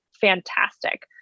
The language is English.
fantastic